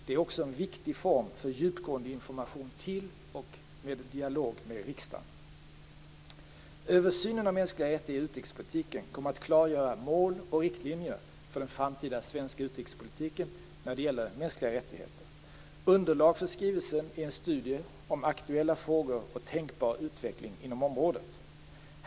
Det är också en viktig form för djupgående information till och dialog med riksdagen. Översynen av mänskliga rättigheter i utrikespolitiken kommer att klargöra mål och riktlinjer för den framtida svenska utrikespolitiken när det gäller mänskliga rättigheter. Underlag för skrivelsen är en studie om aktuella frågor och tänkbar utveckling inom området.